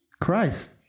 Christ